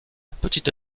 petite